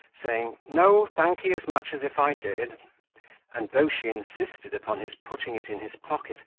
saying, no, thank ye as much as if i did and though she insisted upon his putting it in his pocket,